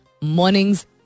mornings